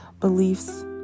beliefs